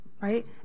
right